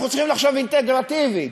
אינטגרטיבית.